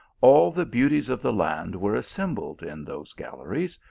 all the beauties of the land were assembled in those galleries,